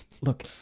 Look